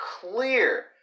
clear